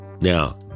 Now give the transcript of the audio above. Now